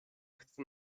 chce